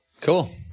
cool